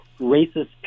racist